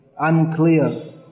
unclear